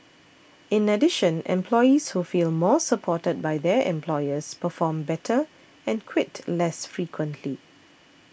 in addition employees who feel more supported by their employers perform better and quit less frequently